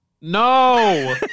No